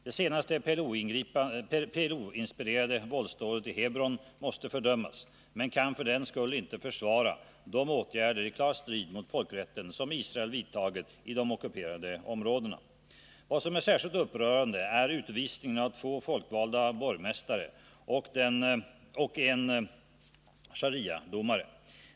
Det senaste PLO-inspirerade våldsdådet i Hebron måste fördömas men man kan för den skull inte försvara de åtgärder i klar strid med folkrätten, som Israel vidtagit i de ockuperade områdena. Vad som är särskilt upprörande är utvisningen av två folkvalda borgmästare och en Shariadomare.